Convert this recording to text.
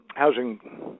Housing